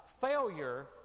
failure